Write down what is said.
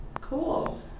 Cool